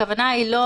הכוונה היא לא